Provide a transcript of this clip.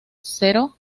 zero